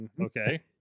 Okay